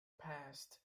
passed